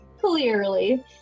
Clearly